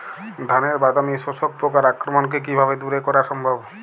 ধানের বাদামি শোষক পোকার আক্রমণকে কিভাবে দূরে করা সম্ভব?